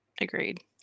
agreed